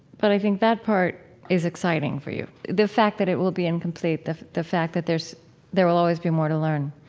but i think that part is exciting for you, the fact that it will be incomplete, the the fact that there will always be more to learn